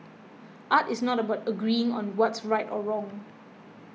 art is not about agreeing on what's right or wrong